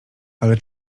ale